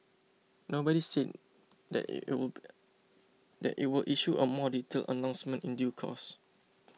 nobody said that it will that it will issue a more detailed announcement in due course